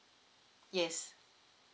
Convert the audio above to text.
yes